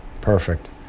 perfect